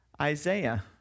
Isaiah